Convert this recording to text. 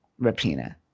Rapina